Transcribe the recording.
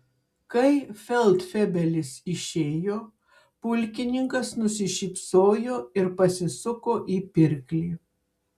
kai feldfebelis išėjo pulkininkas nusišypsojo ir pasisuko į pirklį